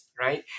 right